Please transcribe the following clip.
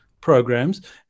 programs